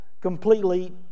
Completely